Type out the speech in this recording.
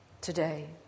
today